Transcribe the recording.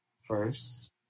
First